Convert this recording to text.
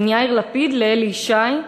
בין יאיר לפיד לאלי ישי,